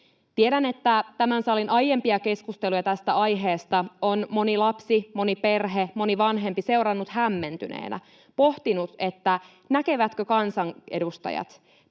Tiedän, että tämän salin aiempia keskusteluja tästä aiheesta on moni lapsi, moni perhe, moni vanhempi seurannut hämmentyneenä, pohtinut, näkevätkö kansanedustajat,